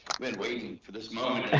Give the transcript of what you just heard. been waiting for this